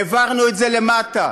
העברנו את זה למטה.